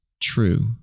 true